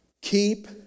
Keep